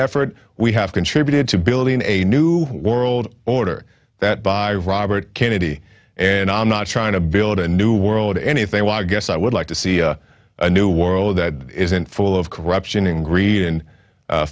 effort we have contributed to building a new world order that by robert kennedy and i'm not trying to build a new world any if they want to guess i would like to see a new world that isn't full of corruption and greed and